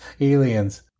aliens